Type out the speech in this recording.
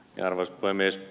arvoisa puhemies